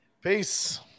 Peace